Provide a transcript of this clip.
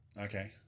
okay